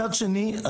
מצד שני,